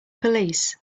police